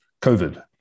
COVID